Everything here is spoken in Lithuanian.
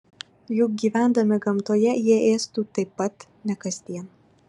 juk gyvendami gamtoje jie ėstų taip pat ne kasdien